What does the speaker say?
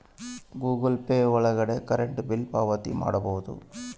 Google Pay ಒಳಗ current bill ಪಾವತಿ ಮಾಡ್ಬೋದು